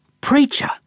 Preacher